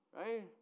Right